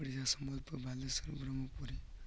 ପଡ଼ିଶା ସମ୍ବଲପୁର ବାଲେଶ୍ୱର ବ୍ରହ୍ମପୁରୀ